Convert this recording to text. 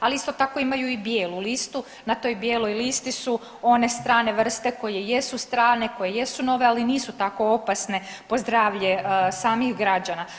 Ali isto tako imaju i bijelu listu, na toj bijeloj listi su one strane vrste koje jesu strane, koje jesu nove, ali nisu tako opasne po zdravlje samih građana.